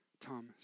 Thomas